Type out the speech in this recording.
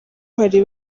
hari